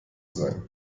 sein